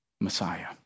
Messiah